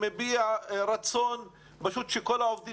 יש כאן ארגון יציג שמביע רצון שכל העובדים